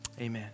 Amen